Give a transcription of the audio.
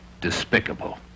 despicable